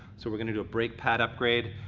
so we're gonna do a brake pad upgrade.